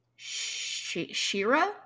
Shira